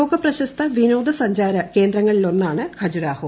ലോകപ്രശസ്ത വിനോദ സഞ്ചാര കേന്ദ്രങ്ങളിലൊന്നാണ് ഖജുരാഹോ